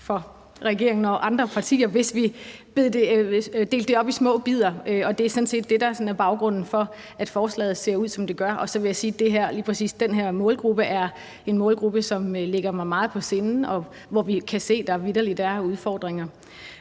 for regeringen og andre partier, hvis vi delte det op i små bidder, og det er sådan set det, der er baggrunden for, at forslaget ser ud, som det gør. Så vil jeg sige, at lige præcis det med den her målgruppe er noget, som ligger mig meget på sinde, og som vi kan se der vitterlig er udfordringer